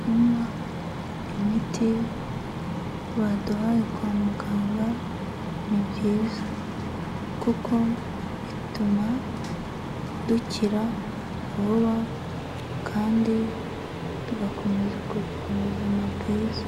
Kunywa imiti baduhaye kwa muganga ni byiza, kuko bituma dukira vuba kandi tugakomeza kugira ubuzima bwiza.